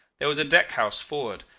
there was a deck-house forward,